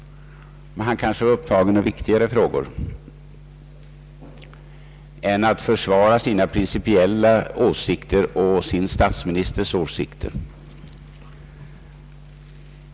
Han kanske är upptagen av viktigare uppgifter än att försvara sina och sin statsministers principiella åsikter.